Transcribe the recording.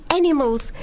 animals